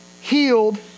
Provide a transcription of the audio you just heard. healed